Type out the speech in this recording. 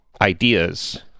ideas